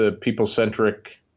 people-centric